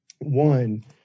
one